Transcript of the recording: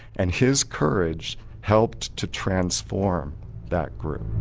and his courage helped to transform that group.